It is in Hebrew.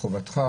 "חובתך